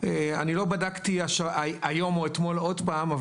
אני לא בדקתי היום או אתמול עוד פעם,